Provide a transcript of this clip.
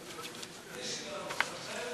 אדוני היושב-ראש,